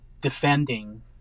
Defending